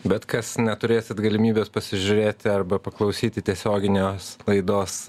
bet kas neturėsit galimybės pasižiūrėti arba paklausyti tiesioginės laidos